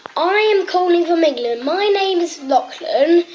i'm calling from england. my name is lochlan.